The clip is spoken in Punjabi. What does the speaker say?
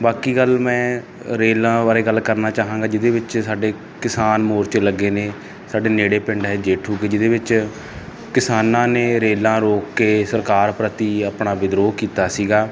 ਬਾਕੀ ਗੱਲ ਮੈਂ ਰੇਲਾਂ ਬਾਰੇ ਗੱਲ ਕਰਨਾ ਚਾਹਾਂਗਾ ਜਿਹਦੇ ਵਿੱਚ ਸਾਡੇ ਕਿਸਾਨ ਮੋਰਚੇ ਲੱਗੇ ਨੇ ਸਾਡੇ ਨੇੜੇ ਪਿੰਡ ਜੇਠੂ ਕੇ ਜਿਹਦੇ ਵਿੱਚ ਕਿਸਾਨਾਂ ਨੇ ਰੇਲਾਂ ਰੋਕ ਕੇ ਸਰਕਾਰ ਪ੍ਰਤੀ ਆਪਣਾ ਵਿਦਰੋਹ ਕੀਤਾ ਸੀਗਾ